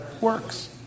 Works